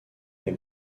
est